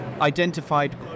identified